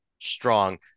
strong